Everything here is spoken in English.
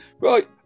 right